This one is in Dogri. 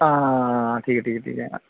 हां ठीक ऐ ठीक ऐ ठीक ऐ